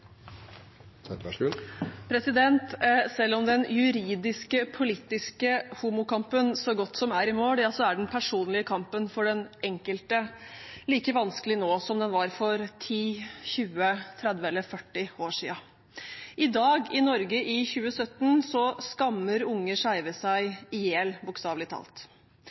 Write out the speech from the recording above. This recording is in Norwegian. Selv om den juridiske, politiske homokampen så godt som er i mål, er den personlige kampen for den enkelte like vanskelig nå som den var for 10, 20, 30 eller 40 år siden. I dag i Norge, i 2017, skammer unge skeive seg i hjel, bokstavelig talt.